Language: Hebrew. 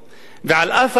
על אף העובדה הזאת,